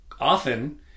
often